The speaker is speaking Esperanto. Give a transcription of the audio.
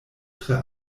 tre